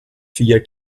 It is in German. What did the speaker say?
vier